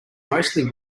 mostly